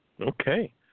Okay